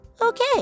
Okay